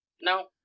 No